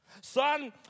Son